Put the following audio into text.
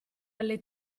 alle